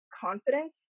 confidence